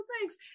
thanks